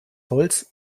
holz